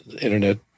Internet